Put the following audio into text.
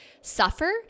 suffer